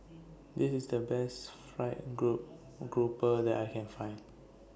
This IS The Best Fried Grouper that I Can Find